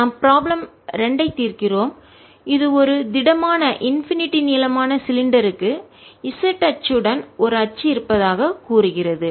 அடுத்து நாம் ப்ராப்ளம் 2 ஐ தீர்க்கிறோம் இது ஒரு திடமான இன்பினிடி எல்லையற்ற நீளமான சிலிண்டருக்கு z அச்சுடன் ஒரு அச்சு இருப்பதாக கூறுகிறது